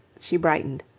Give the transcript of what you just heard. she brightened.